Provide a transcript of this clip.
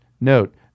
Note